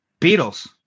Beatles